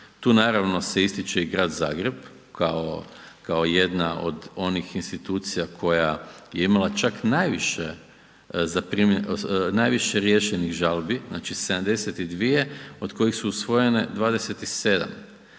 Tu naravno se ističe i grad Zagreba kao jedna od onih institucija koja je imala čak najviše riješenih žalbi, znači 72od kojih su usvojene 27